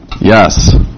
Yes